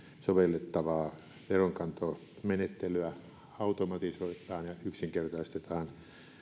sovellettavaa veronkantomenettelyä automatisoidaan ja yksinkertaistetaan